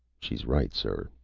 she's right, sir.